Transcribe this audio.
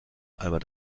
albert